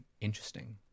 Interesting